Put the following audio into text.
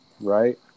right